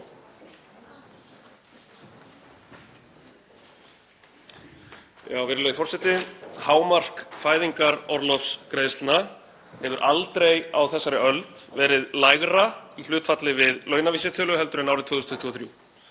Virðulegi forseti. Hámark fæðingarorlofsgreiðslna hefur aldrei á þessari öld verið lægra í hlutfalli við launavísitölu heldur en árið 2023.